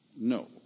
No